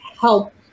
help